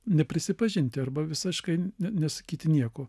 neprisipažinti arba visiškai nesakyti nieko